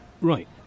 Right